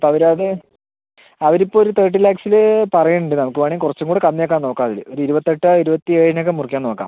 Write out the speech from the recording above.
അപ്പോൾ അവർ അത് അവർ ഇപ്പം ഒരു തേർട്ടി ലാക്ക്സിൽ പറയണുണ്ട് നമുക്ക് വേണമെങ്കിൽ കുറച്ചുംകൂടി കമ്മിയാക്കാൻ നോക്കാം അതിൽ ഒരു ഇരുപത്തെട്ടോ ഇരുപത്തി ഏഴിന് ഒക്കെ മുറിക്കാൻ നോക്കാം